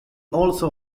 also